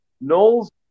Knowles